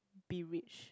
be rich